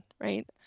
right